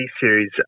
series